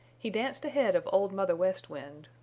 he danced ahead of old mother west wind.